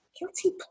Guilty